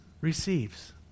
receives